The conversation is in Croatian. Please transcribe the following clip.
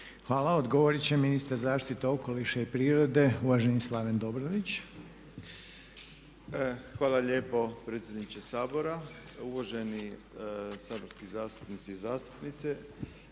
Hvala. Odgovoriti će ministar zaštite okoliša i prirode uvaženi Slaven Dobrović. **Dobrović, Slaven (MOST)** Hvala lijepo predsjedniče Sabora. Uvaženi saborski zastupnici i zastupnice.